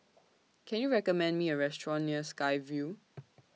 Can YOU recommend Me A Restaurant near Sky Vue